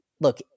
look –